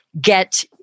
get